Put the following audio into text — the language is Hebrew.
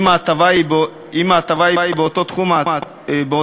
אם ההטבה היא באותו תחום הטבה,